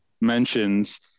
mentions